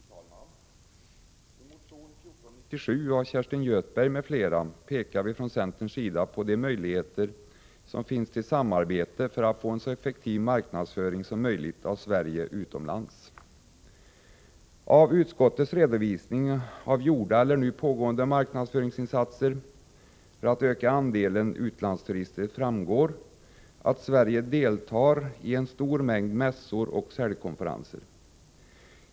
Fru talman! I motion 1497 av Kerstin Göthberg m.fl. pekar vi från centerns sida på de möjligheter som finns till samarbete för att få en så effektiv marknadsföring som möjligt av Sverige utomlands. Av utskottets redovisning av gjorda eller nu pågående marknadsföringsinsatser för att öka andelen utlandsturister framgår att Sverige deltar i en stor mängd mässor och säljkonferenser.